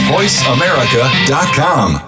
VoiceAmerica.com